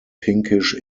pinkish